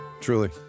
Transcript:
truly